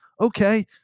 Okay